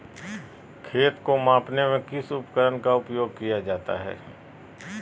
खेत को मापने में किस उपकरण का उपयोग किया जाता है?